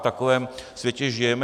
V takovém světě žijeme.